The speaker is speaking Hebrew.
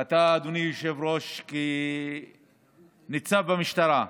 ואתה, אדוני היושב-ראש, כניצב במשטרה,